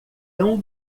tão